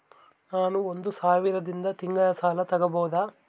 ನಾನು ಒಂದು ಸಾವಿರದಿಂದ ತಿಂಗಳ ಸಾಲ ತಗಬಹುದಾ?